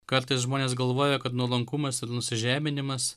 kartais žmonės galvoja kad nuolankumas ir nusižeminimas